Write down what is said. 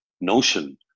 notion